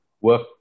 work